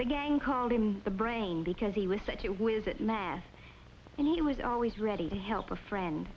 the gang called him the brain because he was such a whiz at mess and he was always ready to help